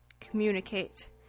communicate